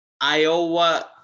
Iowa